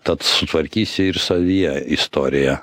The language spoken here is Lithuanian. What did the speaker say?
tad sutvarkysi ir savyje istoriją